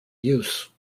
use